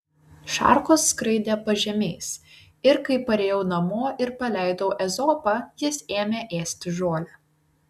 šarkos skraidė pažemiais ir kai parėjau namo ir paleidau ezopą jis ėmė ėsti žolę